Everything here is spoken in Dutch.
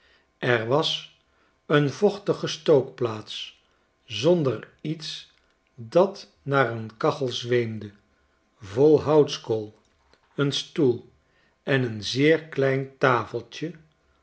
er was een vochtige stookplaats zonder iets dat naar een kachel zweemde vol houtskool een stoel en een zeer klein tafeltje